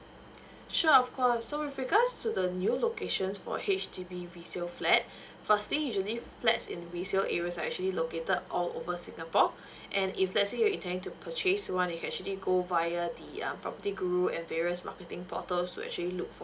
sure of course so with regards to the new locations for H_D_B resale flat firstly usually flat in resale areas are actually located all over singapore and if let's say you intending to purchase so one you can actually go via the uh property guru and various marketing portals who actually look for